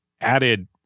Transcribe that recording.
added